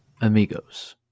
amigos